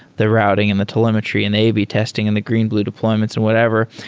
the routing and the telemetry and a b testing and the green-blue deployments and whatever.